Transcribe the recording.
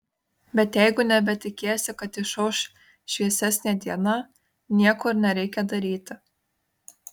bet jeigu nebetikėsi kad išauš šviesesnė diena nieko ir nereikia daryti